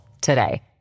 today